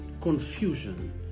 confusion